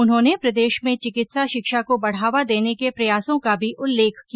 उन्होंने प्रदेश में चिकित्सा शिक्षा को बढावा देने के प्रयासों का भी उल्लेख किया